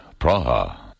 Praha